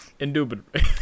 Indubitably